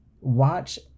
watch